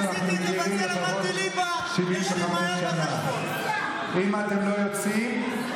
כי אתה נשארת לישון בחדר, נכון, טופורובסקי?